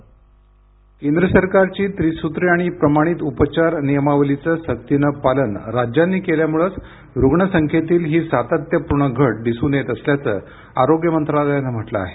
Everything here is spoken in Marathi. ध्वनी केंद्र सरकारची त्रिसूत्री आणि प्रमाणित उपचार नियमावलीचं सक्तीने पालन राज्यांनी केल्यामुळेच रुग्णसंख्येतील ही सातत्यपूर्ण घट दिसून येत असल्याचं आरोग्य मंत्रालयानं म्हटलं आहे